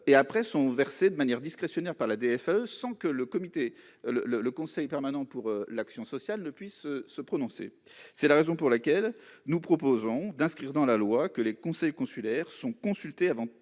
à l'étranger et de l'administration consulaire (DFAE), sans que le conseil permanent pour l'action sociale puisse se prononcer. C'est la raison pour laquelle nous proposons d'inscrire dans la loi que les conseils consulaires seront consultés avant